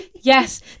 yes